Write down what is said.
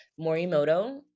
Morimoto